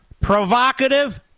provocative